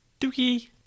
Dookie